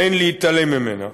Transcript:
אין להתעלם ממנה.